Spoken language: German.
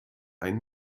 ein